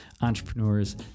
entrepreneurs